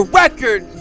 record